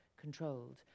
controlled